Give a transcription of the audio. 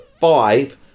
five